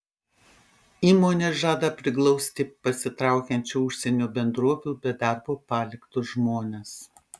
įmonė žada priglausti pasitraukiančių užsienio bendrovių be darbo paliktus žmones